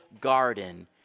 garden